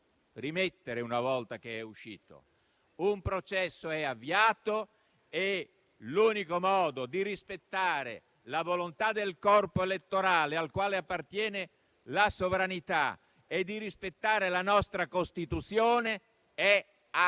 tubetto una volta che è uscito: un processo è avviato e l'unico modo di rispettare la volontà del corpo elettorale, al quale appartiene la sovranità, e di rispettare la nostra Costituzione è attuarla